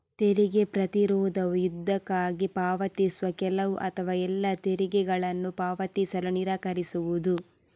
ತೆರಿಗೆ ಪ್ರತಿರೋಧವು ಯುದ್ಧಕ್ಕಾಗಿ ಪಾವತಿಸುವ ಕೆಲವು ಅಥವಾ ಎಲ್ಲಾ ತೆರಿಗೆಗಳನ್ನು ಪಾವತಿಸಲು ನಿರಾಕರಿಸುವುದು